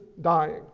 dying